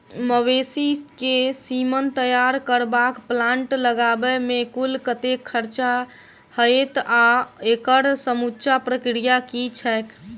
मवेसी केँ सीमन तैयार करबाक प्लांट लगाबै मे कुल कतेक खर्चा हएत आ एकड़ समूचा प्रक्रिया की छैक?